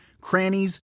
crannies